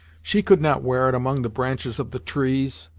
she could not wear it among the branches of the trees,